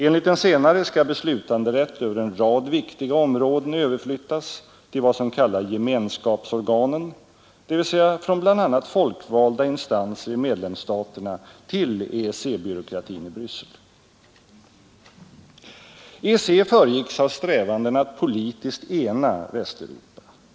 Enligt den senare skall beslutanderätt över en rad viktiga områden överflyttas till vad man kallar gemenskapsorganen, dvs. från bl.a. folkvalda instanser i medlemsstaterna till E byråkratin i Bryssel. EEC föregicks av strävanden att politiskt ena Västeuropa.